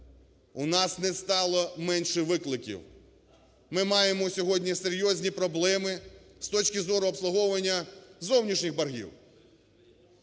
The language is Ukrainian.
У нас не стало менше викликів. Ми маємо сьогодні серйозні проблеми з точки зору обслуговування зовнішніх боргів.